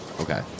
Okay